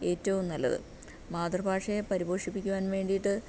ഏറ്റവും നല്ലത് മാതൃഭാഷയെ പരിപോഷിപ്പിക്കുവാൻ വേണ്ടിയിട്ട്